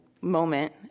moment